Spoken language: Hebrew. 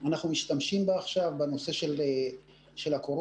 משתמשים בה גם לנושא הזה,